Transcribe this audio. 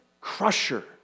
crusher